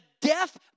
death